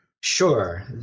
sure